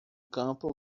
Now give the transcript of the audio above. campo